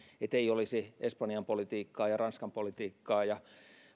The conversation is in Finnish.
ettei olisi espanjan politiikkaa ja ranskan politiikkaa ja